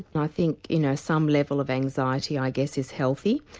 and i think you know some level of anxiety i guess is healthy,